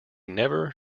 never